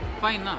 fine